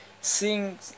seeing